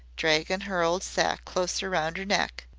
dragging her old sack closer round her neck.